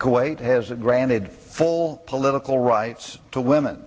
kuwait has granted full political rights to women